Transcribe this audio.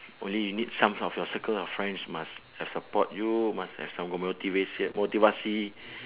only you need some of your circle of friends must have support you must have some motivation